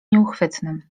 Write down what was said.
nieuchwytnym